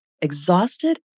exhausted